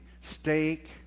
Steak